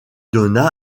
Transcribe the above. donna